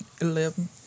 Eleven